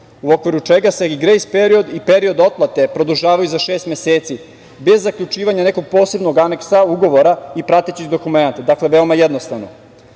u okviru čega se i grejs period i period otplate produžavaju za šest meseci bez zaključivanja nekog posebnog aneksa ugovora i pratećih dokumenata, dakle veoma jednostavno.